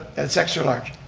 that's extra-large.